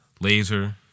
laser